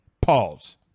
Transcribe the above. Pause